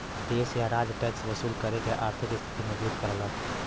देश या राज्य टैक्स वसूल करके आर्थिक स्थिति मजबूत करलन